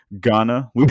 Ghana